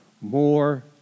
more